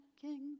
king